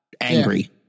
angry